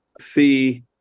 see